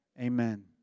amen